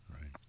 Right